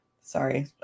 sorry